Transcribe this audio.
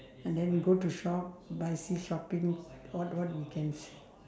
and then go to shop buy see shopping what what we can